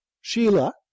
Sheila